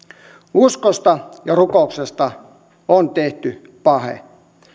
uskosta ja rukouksesta on tehty pahe